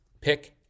Pick